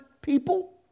people